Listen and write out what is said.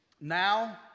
now